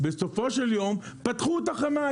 בסופו של יום, פתחו את החמאה.